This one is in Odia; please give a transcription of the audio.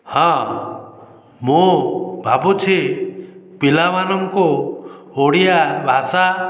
ହଁ ମୁଁ ଭାବୁଛି ପିଲାମାନଙ୍କୁ ଓଡ଼ିଆ ଭାଷା